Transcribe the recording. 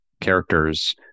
characters